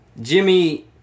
Jimmy